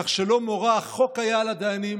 כך שלא מורא החוק היה על הדיינים